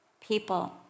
people